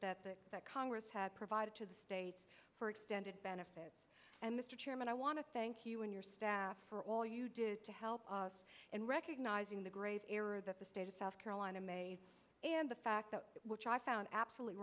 you that that congress has provided to the states for extended benefit and mr chairman i want to thank you and your staff for all well you did to help us in recognizing the great error that the state of south carolina made and the fact that which i found absolutely